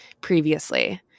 previously